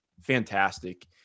fantastic